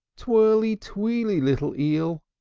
twirly, tweely, little eel!